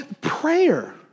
prayer